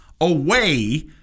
away